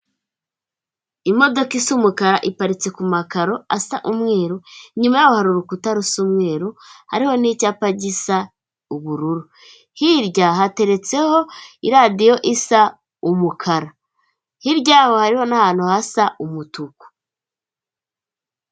Imodoka isa umukara, iparitse ku makaro asa umweru, inyuma yaho hari urukuta rusa umweru, hariho n'icyapa gisa ubururu, hirya hateretseho iradiyo isa umukara, hirya yaho hariho n'ahantu hasa umutuku.